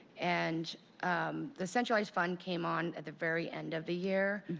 and um the centralized fund came on at the very end of the year.